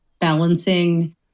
balancing